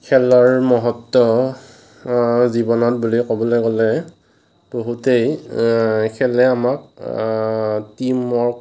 খেলৰ মহত্ব জীৱনত বুলি ক'বলৈ গ'লে বহুতেই খেলে আমাক টীম ৱৰ্ক